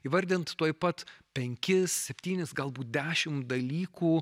įvardint tuoj pat penkis septynis galbūt dešimt dalykų